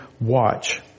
watch